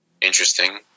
interesting